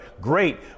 great